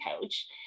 coach